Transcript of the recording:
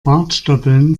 bartstoppeln